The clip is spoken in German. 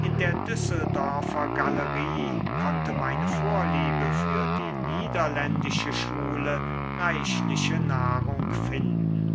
in der düsseldorfer galerie konnte meine vorliebe für die niederländische schule reichliche nahrung finden